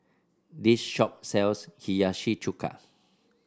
this shop sells Hiyashi Chuka